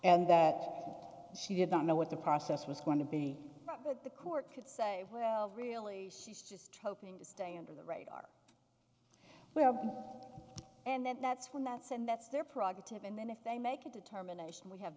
and that she did not know what the process was going to be but the court could say well really she's just hoping to stay under the radar well and that that's when that's and that's their prerogative and then if they make a determination we have